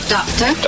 Doctor